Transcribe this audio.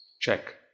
Check